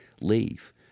leave